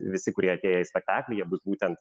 visi kurie atėję į spektaklį jie bus būtent